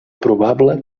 probable